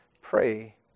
pray